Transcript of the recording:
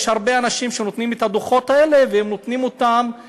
יש הרבה אנשים שנותנים את הדוחות האלה והם לא אמיתיים.